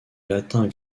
latin